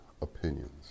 opinions